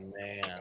man